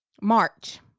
march